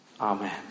Amen